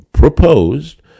proposed